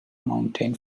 mountain